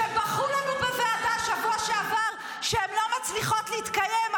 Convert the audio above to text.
שבכו לנו בוועדה בשבוע שעבר שהן לא מצליחות להתקיים?